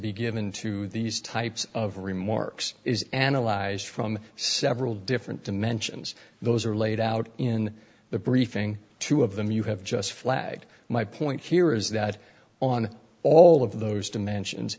be given to these types of remarks is analyzed from several different dimensions those are laid out in the briefing two of them you have just flag my point here is that on all of those dimensions